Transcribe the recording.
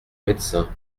médecin